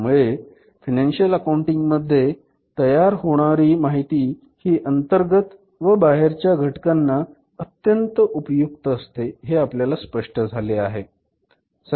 त्यामुळे financial accounting मध्ये तयार होणारी माहिती ही अंतर्गत व बाहेरच्या घटकांना अत्यंत उपयुक्त असते हे आपल्याला स्पष्ट झाले आहे